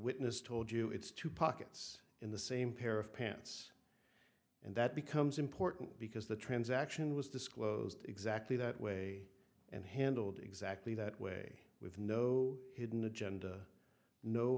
witness told you it's two pockets in the same pair of pants and that becomes important because the transaction was disclosed exactly that way and handled exactly that way with no hidden agenda no